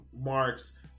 Marks